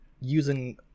using